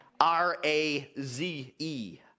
R-A-Z-E